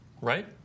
Right